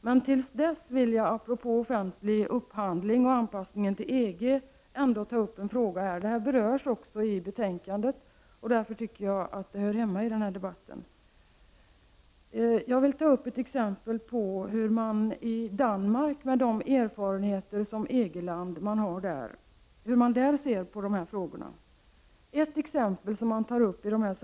Men till dess vill jag apropå offentlig upphandling och anpassningen till EG ändå ta upp en fråga. Den berörs också i betänkandet, och därför tycker jag att den hör hemma i den här debatten. Jag vill ta upp ett exempel på hur man i Danmark, med de erfarenheter man där har som EG-land, ser på de här frågorna.